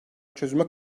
çözüme